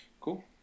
cool